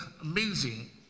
amazing